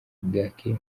gake